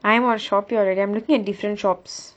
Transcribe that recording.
I am on Shopee already I'm looking at different shops